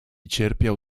cierpiał